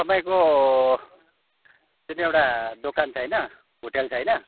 तपाईँको सानो एउटा दोकान छ होइन होटेल छ होइन